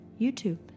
YouTube